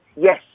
yes